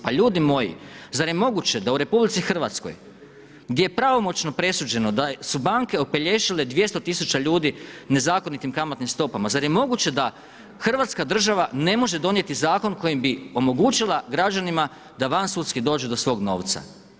Pa ljudi moji, zar je moguće da u RH gdje je pravomoćno presuđeno da su banke opelješile 200 tisuća ljudi nezakonitim kamatnim stopama, zar je moguće da Hrvatska država ne može donijeti zakon kojim bi omogućila građanima da van sudski dođe do svog novca?